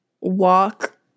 walk